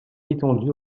étendus